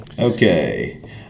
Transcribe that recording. Okay